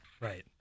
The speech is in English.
Right